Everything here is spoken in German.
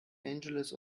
angeles